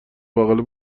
بغل